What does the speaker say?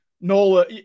Nola